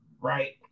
right